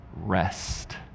rest